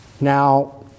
Now